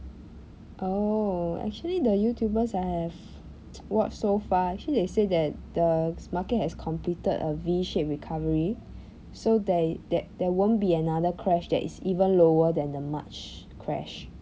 oh actually the youtubers I have watched so far actually they say that the s~ market has completed a V-shaped recovery so there is there there won't be another crash that is even lower than the march crash